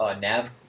nav